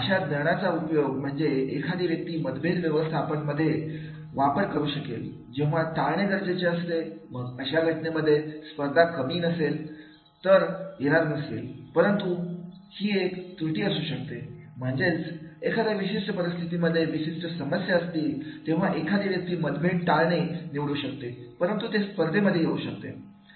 अशा ज्ञानाचा उपयोग म्हणजे एखादी व्यक्ती मतभेद व्यवस्थापन पद्धती मध्ये वापर करू शकेल जेव्हा टाळणे गरजेचे असते मग अशा घटनेमध्ये स्पर्धा कामी येणार नसेल तर येणार नसतीलपरंतु तू ही एक त्रुटी असू शकते म्हणजेच एखादा विशिष्ट परिस्थितीमध्ये विशिष्ट समस्या असतील तेव्हा एखादी व्यक्ती मतभेद टाळणे निवडू शकते परंतु ते स्पर्धेमध्ये येऊ शकतात